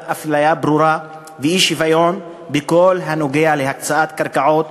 ברורה ואי-שוויון בכל הנוגע להקצאת קרקעות,